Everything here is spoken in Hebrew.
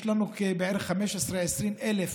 יש לנו בערך 15,000 20,000